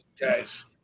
guys